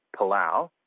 Palau